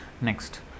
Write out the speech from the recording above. Next